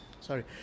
sorry